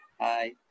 Hi